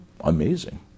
amazing